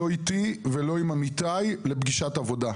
לא איתי ולא עם עמיתי לפגישת עבודה,